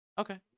Okay